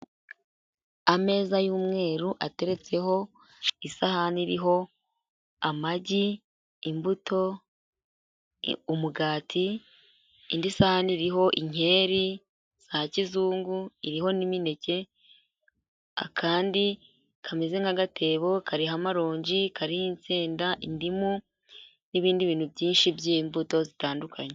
Ameza y'umweru ateretseho isahani iriho amagi, imbuto, umugati, indi sahani iriho inkeri za kizungu, iriho n'imineke, akandi kameze nk'agatebo kariho amaronji, kariho insenda, indimu n'ibindi bintu byinshi by'imbuto zitandukanye.